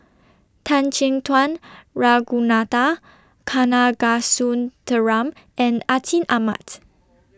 Tan Chin Tuan Ragunathar Kanagasuntheram and Atin Amat